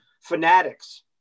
fanatics